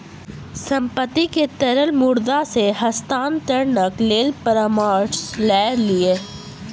संपत्ति के तरल मुद्रा मे हस्तांतरणक लेल परामर्श लय लिअ